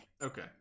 okay